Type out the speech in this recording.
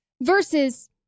versus